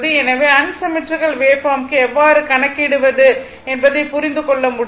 எனவே அன்சிம்மெட்ரிக்கல் வேவ்பார்ம்க்கு எவ்வாறு கணக்கிடுவது என்பதை புரிந்து கொள்ள முடியும்